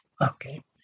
okay